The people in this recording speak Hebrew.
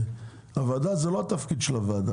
זה לא התפקיד של הוועדה,